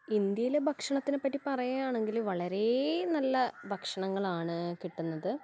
ഇന്ത്യയിലെ ഭക്ഷണത്തിനെപ്പറ്റി പറയുകയാണെങ്കിൽ വളരെ നല്ല ഭക്ഷണങ്ങളാണ് കിട്ടുന്നത്